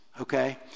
Okay